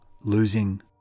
losing